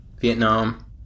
Vietnam